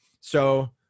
So-